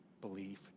belief